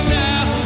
now